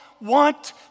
want